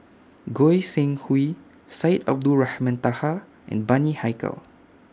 Goi Seng Hui Syed Abdulrahman Taha and Bani Haykal